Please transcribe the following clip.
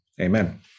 Amen